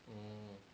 ugh